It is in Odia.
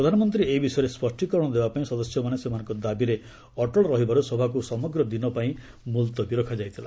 ପ୍ରଧାନମନ୍ତ୍ରୀ ଏ ବିଷୟରେ ସ୍ୱଷ୍ଟୀକରଣ ଦେବାପାଇଁ ସଦସ୍ୟମାନେ ସେମାନଙ୍କ ଦାବିରେ ଅଟଳ ରହିବାର୍ତ ସଭାକ୍ର ସମଗ୍ର ଦିନପାଇଁ ମ୍ବଲତବୀ ରଖାଯାଇଥିଲା